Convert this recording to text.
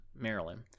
Maryland